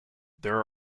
there